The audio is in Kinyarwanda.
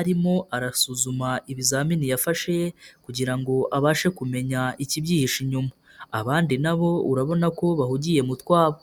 arimo arasuzuma ibizamini yafashe kugira ngo abashe kumenya ikibyihishe inyuma, abandi na bo urabona ko bahugiye mu twabo.